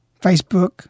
Facebook